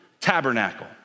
tabernacle